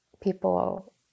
people